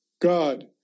God